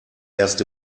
erst